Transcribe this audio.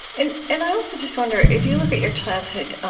and and i also just wonder, if you look at your childhood,